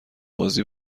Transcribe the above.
بازی